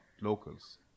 locals